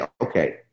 okay